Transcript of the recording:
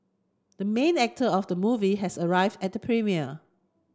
the main actor of the movie has arrived at premiere